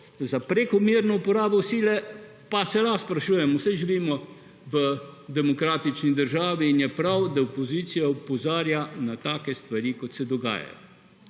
za prekomerno uporabo sile pa se lahko sprašujemo, saj živimo v demokratični državi in je prav, da opozicija opozarja na take stvari kot se dogajajo.